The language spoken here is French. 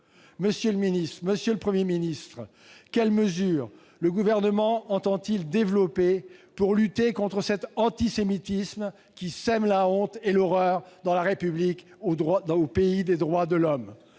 Monsieur le Premier ministre, quelles mesures le Gouvernement entend-il prendre pour lutter contre cet antisémitisme qui sème la honte et l'horreur dans la République, au pays des droits de l'homme ?